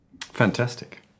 Fantastic